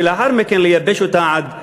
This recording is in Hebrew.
ולאחר מכן לייבש אותה עד אפס,